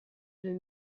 deux